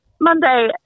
Monday